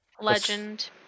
Legend